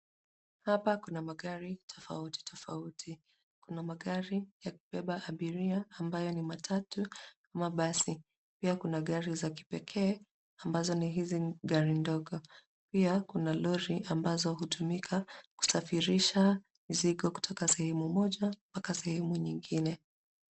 Hapa kuna magari tofauti tofauti. Kuna magari ya kubeba abiria ambayo ni matatu ama basi. Pia kuna gari za kipekee, ambazo ni hizi gari ndogo. Pia kuna lori ambazo hutumika kusafirisha mzigo kutoka sehemu moja mpaka sehemu nyingine.